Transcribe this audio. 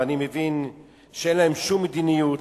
ואני מבין שאין להם שום מדיניות.